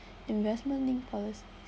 investment linked policies